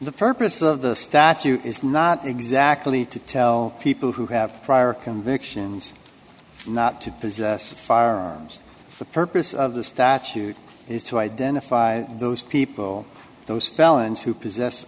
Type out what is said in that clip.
the purpose of the statute is not exactly to tell people who have prior convictions not to possess firearms the purpose of the statute is to identify those people those felons who possess